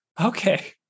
okay